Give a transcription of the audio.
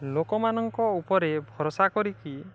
ଲୋକମାନଙ୍କ ଉପରେ ଭରସା କରିକି